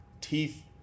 teeth